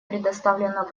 предоставлена